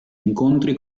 incontri